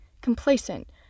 complacent